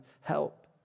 help